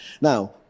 Now